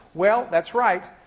well, that's right.